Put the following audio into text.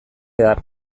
behar